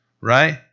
right